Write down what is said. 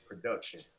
production